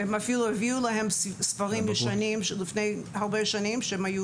הם אפילו הביאו להם ספרים ישנים מלפני הרבה שנים שהיו